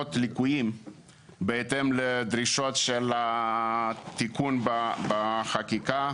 דוחות ליקויים בהתאם לדרישות התיקון בחקיקה.